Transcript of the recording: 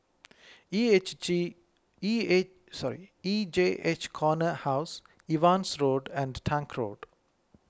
E H J E A sorry E J H Corner House Evans Road and Tank Road